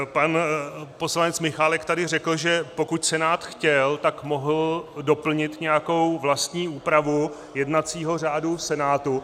Pan poslanec Michálek tady řekl, že pokud Senát chtěl, tak mohl doplnit nějakou vlastní úpravu jednacího řádu Senátu.